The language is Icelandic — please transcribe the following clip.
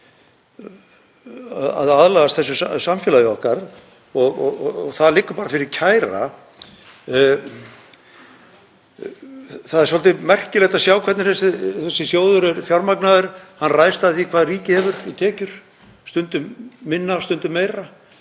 að aðlagast samfélagi okkar. Það liggur fyrir kæra. Það er svolítið merkilegt að sjá hvernig þessi sjóður er fjármagnaður. Það ræðst af því hvað ríkið hefur í tekjur, stundum minna, stundum meira.